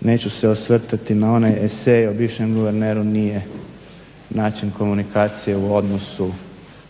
neću se osvrtati na onaj esej o bivšem guverneru nije način komunikacije u odnosu